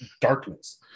darkness